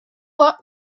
lot